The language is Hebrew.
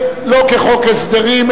חוק הסדרים?